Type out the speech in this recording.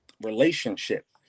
relationship